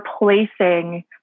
replacing